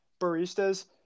baristas